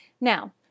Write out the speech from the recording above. Now